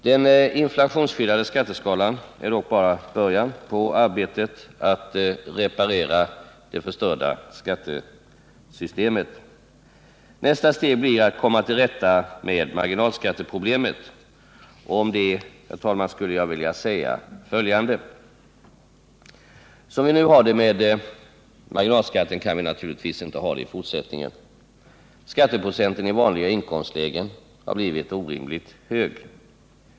Den inflationsskyddade skatteskalan är dock bara början på arbetet att reparera det förstörda skattesystemet. Nästa steg blir att komma till rätta med marginalskatteproblemet. Om detta skulle jag, herr talman, vilja säga följande. Som vi nu har det med marginalskatten kan vi naturligtvis inte ha det i fortsättningen. Skatteprocenten i vanliga inkomstlägen har blivit orimligt hög.